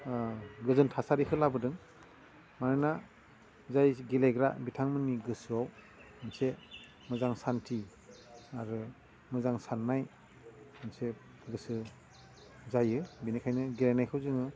गोजोन थासारिखो लाबोदों मानोना जाय गेलेग्रा बिथांमोननि गोसोआव मोनसे मोजां सानथि आरो मोजां सान्नाय मोनसे गोसो जायो बिनिखायनो गेलेनायखौ जोङो